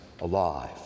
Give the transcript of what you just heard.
alive